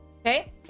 okay